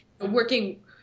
working